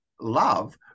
love